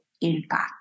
impact